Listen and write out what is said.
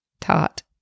tart